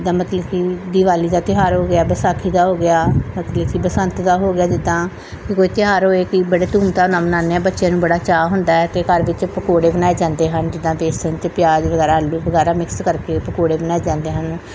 ਜਿੱਦਾਂ ਮਤਲਬ ਕਿ ਦਿਵਾਲੀ ਦਾ ਤਿਉਹਾਰ ਹੋ ਗਿਆ ਵਿਸਾਖੀ ਦਾ ਹੋ ਗਿਆ ਮਤਲਬ ਕਿ ਬਸੰਤ ਦਾ ਹੋ ਗਿਆ ਜਿੱਦਾਂ ਅਤੇ ਕੋਈ ਤਿਉਹਾਰ ਹੋਏ ਕਈ ਬੜੇ ਧੂਮਧਾਮ ਨਾਲ ਮਨਾਉਂਦੇ ਹਾਂ ਬੱਚਿਆਂ ਨੂੰ ਬੜਾ ਚਾਅ ਹੁੰਦਾ ਅਤੇ ਘਰ ਵਿੱਚ ਪਕੌੜੇ ਬਣਾਏ ਜਾਂਦੇ ਹਨ ਜਿੱਦਾਂ ਵੇਸਣ ਅਤੇ ਪਿਆਜ਼ ਵਗੈਰਾ ਆਲੂ ਵਗੈਰਾ ਮਿਕਸ ਕਰਕੇ ਪਕੌੜੇ ਬਣਾਏ ਜਾਂਦੇ ਹਨ